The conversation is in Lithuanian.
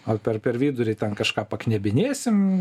o per per vidurį ten kažką paknebinėsim